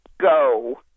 go